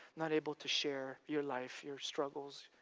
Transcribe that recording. not able to share your life your struggles,